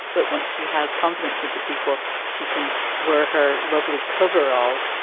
but once she has confidence with the people, she can wear her lovely coverall,